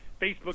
Facebook